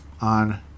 on